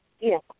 yes